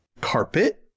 carpet